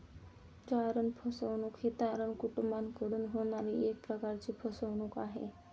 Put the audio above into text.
तारण फसवणूक ही तारण कुटूंबाकडून होणारी एक प्रकारची फसवणूक आहे